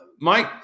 Mike